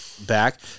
back